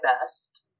best